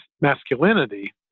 masculinity